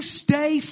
stay